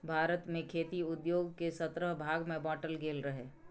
भारत मे खेती उद्योग केँ सतरह भाग मे बाँटल गेल रहय